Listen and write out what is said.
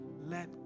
let